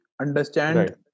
understand